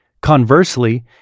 Conversely